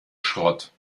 schrott